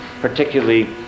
particularly